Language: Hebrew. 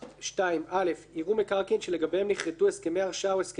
2(א) יראו מקרקעין שלגביהם נכרתו הסכמי הרשאה או הסכמי הרשאה